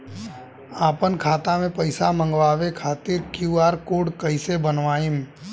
आपन खाता मे पैसा मँगबावे खातिर क्यू.आर कोड कैसे बनाएम?